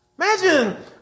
Imagine